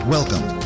Welcome